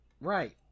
Right